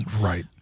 Right